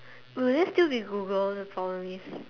will there still be Google the problem is